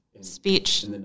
speech